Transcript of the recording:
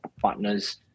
partners